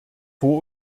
vor